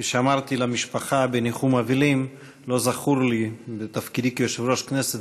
כפי שאמרתי למשפחה בניחום אבלים: לא זכור לי בתפקידי כיושב-ראש הכנסת